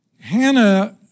Hannah